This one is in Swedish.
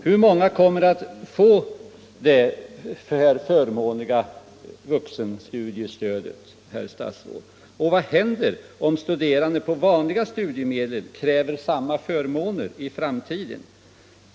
Hur många kommer att få det här förmånliga vuxenstudiestödet, herr statsråd? Vad händer om studerande med vanliga studiemedel kräver samma förmåner i framtiden?